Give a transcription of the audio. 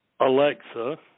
Alexa